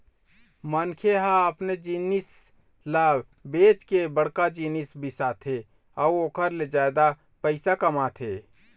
मनखे ह अपने जिनिस ल बेंच के बड़का जिनिस बिसाथे अउ ओखर ले जादा पइसा कमाथे